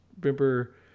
remember